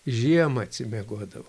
žiemą atsimiegodavo